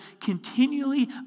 continually